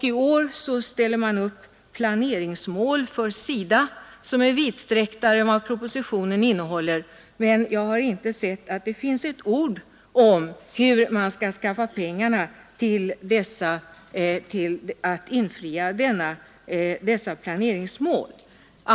I år ställer oppositionen upp planeringsmål för SIDA som går längre än propositionen, men jag har inte sett ett ord om hur pengar skall skaffas till infriandet av sådana planeringsmål.